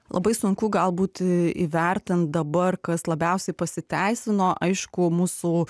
labai sunku gal būti įvertinti dabar kas labiausiai pasiteisino aišku mūsų